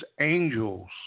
angels